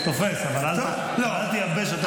תופס, אבל אל תייבש אותנו.